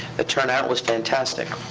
the turnout was fantastic.